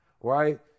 right